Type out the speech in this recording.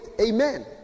amen